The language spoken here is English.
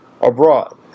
abroad